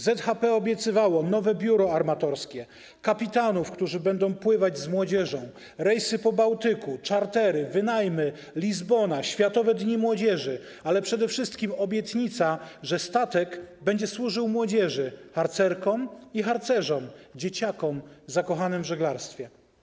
ZHP obiecywało nowe biuro armatorskie, kapitanów, którzy będą pływać z młodzieżą, rejsy po Bałtyku, czartery, wynajmy, Lizbonę, Światowe Dni Młodzieży, ale przede wszystkim była obietnica, że statek będzie służył młodzieży - harcerkom i harcerzom, dzieciakom zakochanym w żeglarstwie.